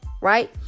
Right